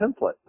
template